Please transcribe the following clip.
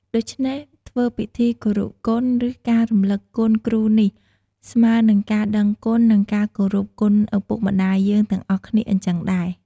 ដូច្នេះធ្វើពិធីគរុគុណ ឬ ការរំលឹកគុណគ្រូនេះស្មើរ និងការដឹងគុណនិងការគោរពគុណឪពុកម្តាយយើងទាំងអស់គ្នាអញ្ចឹងដែរ។